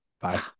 Bye